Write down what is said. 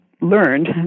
learned